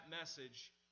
message